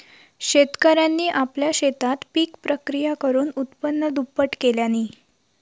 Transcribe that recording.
शेतकऱ्यांनी आपल्या शेतात पिक प्रक्रिया करुन उत्पन्न दुप्पट केल्यांनी